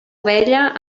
ovella